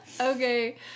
Okay